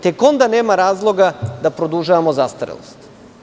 Tek onda nema razloga da produžavamo zastarelost.